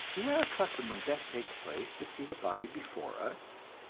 we are accustomed when death takes place to see the body before us,